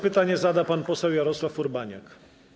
Pytanie zada pan poseł Jarosław Urbaniak.